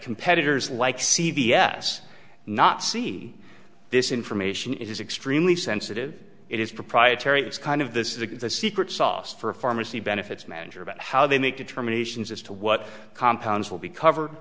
competitors like c v s not see this information is extremely sensitive it is proprietary it's kind of this is the secret sauce for a pharmacy benefits manager about how they make determinations as to what compounds will be covered